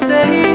say